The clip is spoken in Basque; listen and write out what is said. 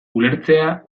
ulertzea